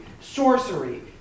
sorcery